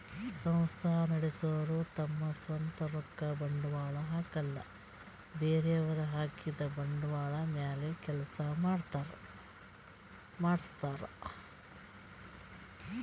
ಸಂಸ್ಥಾ ನಡಸೋರು ತಮ್ ಸ್ವಂತ್ ರೊಕ್ಕ ಬಂಡ್ವಾಳ್ ಹಾಕಲ್ಲ ಬೇರೆಯವ್ರ್ ಹಾಕಿದ್ದ ಬಂಡ್ವಾಳ್ ಮ್ಯಾಲ್ ಕೆಲ್ಸ ನಡಸ್ತಾರ್